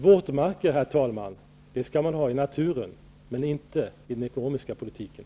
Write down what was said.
Våtmarker, herr talman, skall man ha i naturen och inte i den ekonomiska politiken.